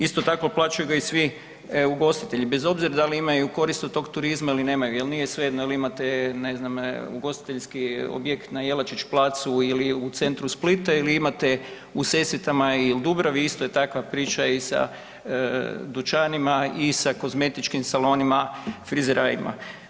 Isto tako plaćaju ga i svi ugostitelji bez obzira da li imaju koristi od tog turizma ili nemaju, jel nije svejedno jel imate ne znam ugostiteljski objekt na Jelačić placu ili u centru Splita ili imate u Sesvetama ili u Dubravi, isto je takva priča i sa dućanima i sa kozmetičkim salonima, frizerajima.